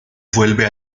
vuelve